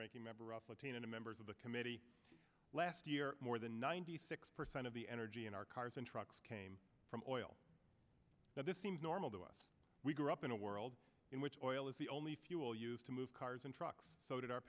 ranking member of latino members of the committee last year more than ninety six percent of the energy in our cars and trucks came from oil that this seems normal to us we grew up in a world in which oil is the only fuel used to move cars and trucks so did our